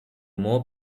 more